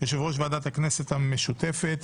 יושב-ראש ועדת הכנסת המשותפת,